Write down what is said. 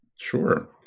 Sure